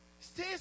Stay